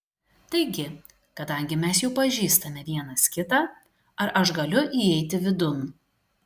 taigi kadangi mes jau pažįstame vienas kitą ar aš galiu įeiti vidun